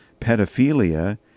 pedophilia